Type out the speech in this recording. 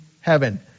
heaven